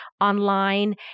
online